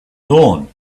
dawn